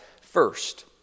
first